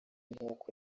nk’uko